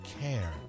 care